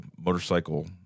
motorcycle